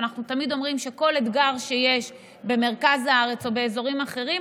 אנחנו תמיד אומרים שכל אתגר שיש במרכז הארץ או באזורים אחרים,